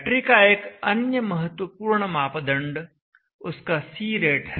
battery का एक अन्य महत्वपूर्ण मापदंड उसका C रेट है